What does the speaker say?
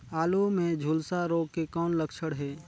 आलू मे झुलसा रोग के कौन लक्षण हे?